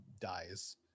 dies